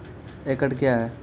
एकड कया हैं?